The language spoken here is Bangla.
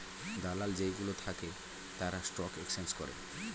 দালাল যেই গুলো থাকে তারা স্টক এক্সচেঞ্জ করে